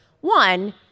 one